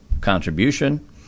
contribution